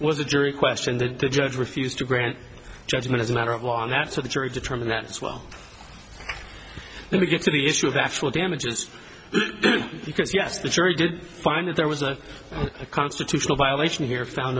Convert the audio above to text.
was a jury question that the judge refused to grant judgment as a matter of law and that's what the jury determined that as well let me get to the issue of the actual damages because yes the jury did find that there was a constitutional violation here found